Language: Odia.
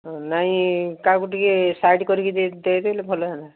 ନାଇଁ କାହାକୁ ଟିକେ ସାଇଡ଼୍ କରିକି ଦେଇ ଦେଇଦେଲେ ଭଲ ହଅନ୍ତା